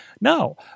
no